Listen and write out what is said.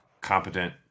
competent